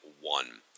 one